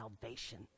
salvation